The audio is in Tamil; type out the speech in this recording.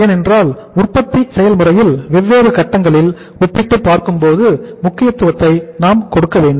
ஏனென்றால் உற்பத்தி செயல்முறையின் வெவ்வேறு கட்டங்களில் ஒப்பிட்டு பார்க்கும் முக்கியத்துவத்தை நாம் கொடுக்க வேண்டும்